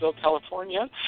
California